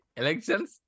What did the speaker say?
elections